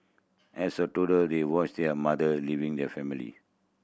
as a toddler they watched their mother leaving the family